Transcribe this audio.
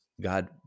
God